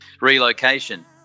relocation